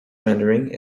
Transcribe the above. rendering